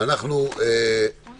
תידחה שוב